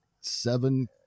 seven